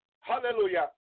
hallelujah